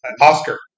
Oscar